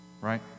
Right